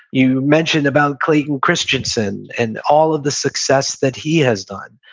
you mentioned about clayton christensen and all of the success that he has done,